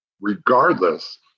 regardless